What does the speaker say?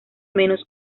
menos